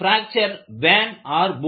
fracture பேன் ஆர் பூன்